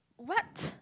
what